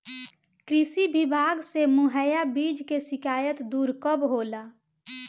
कृषि विभाग से मुहैया बीज के शिकायत दुर कब होला?